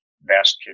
best